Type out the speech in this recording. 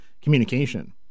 communication